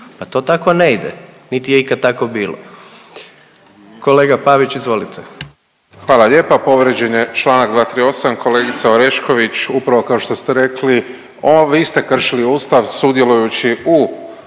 Pa to tako ne ide, niti je ikad tako bilo. Kolega Pavić, izvolite. **Pavić, Marko (HDZ)** Hvala lijepa. Povrijeđen je članak 238. Kolegica Orešković upravo kao što ste rekli vi ste kršili Ustav sudjelujući u